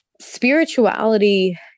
spirituality